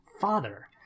father